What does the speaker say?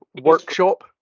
workshop